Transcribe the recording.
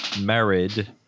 married